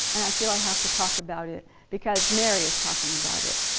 and i feel i have to talk about it because mary's talking about it.